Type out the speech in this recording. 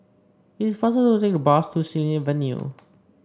it is faster to take the bus to Xilin Avenue